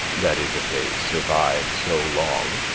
that is, if they survive so long,